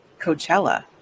Coachella